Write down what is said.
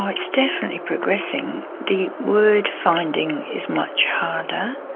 um it's definitely progressing the word-finding is much harder,